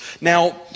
Now